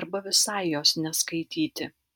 arba visai jos neskaityti